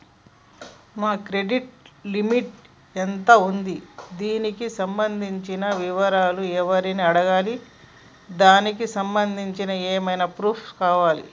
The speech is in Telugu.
నా క్రెడిట్ లిమిట్ ఎంత ఉంది? దానికి సంబంధించిన వివరాలు ఎవరిని అడగాలి? దానికి సంబంధించిన ఏమేం ప్రూఫ్స్ కావాలి?